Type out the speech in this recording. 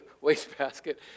wastebasket